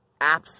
apps